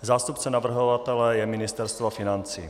Zástupcem navrhovatele je Ministerstvo financí.